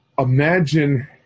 Imagine